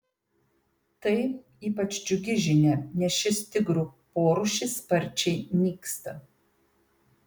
tai ypač džiugi žinia nes šis tigrų porūšis sparčiai nyksta